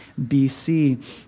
BC